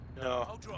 No